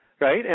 Right